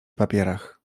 papierach